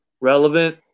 relevant